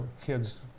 Kids